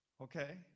okay